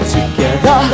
Together